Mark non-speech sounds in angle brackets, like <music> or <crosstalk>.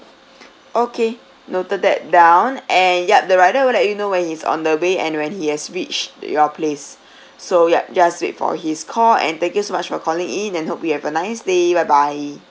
<breath> okay noted that down and yup the rider will let you know when he's on the way and when he has reached your place <breath> so yup just wait for his call and thank you so much for calling in and hope you have a nice day bye bye